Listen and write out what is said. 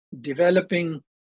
developing